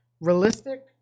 realistic